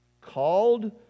called